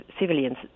civilians